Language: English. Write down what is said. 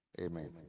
Amen